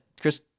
Chris